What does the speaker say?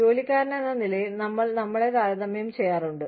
ജോലിക്കാരെന്ന നിലയിൽ നമ്മൾ നമ്മളെ താരതമ്യം ചെയ്യാറുണ്ട്